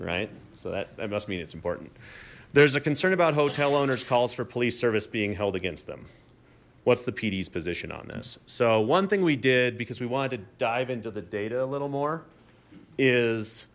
right so that must mean it's important there's a concern about hotel owners calls for police service being held against them what's the p d s position on this so one thing we did because we wanted to dive into the data a little more is